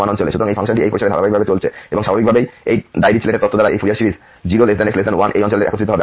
সুতরাং এই ফাংশনটি এই পরিসরে ধারাবাহিকভাবে চলছে এবং স্বাভাবিকভাবেই এই ডাইরিচলেট তত্ত্ব দ্বারা এই ফুরিয়ার সিরিজ 0 x 1 এই অঞ্চলেএকত্রিত হবে